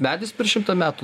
medis per šimtą metų